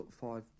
five